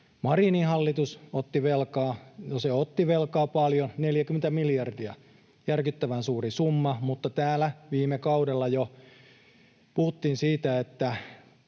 otti velkaa. No, se otti velkaa paljon, 40 miljardia, järkyttävän suuren summan, mutta täällä jo viime kaudella puhuttiin siitä, että